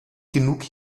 genug